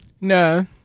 No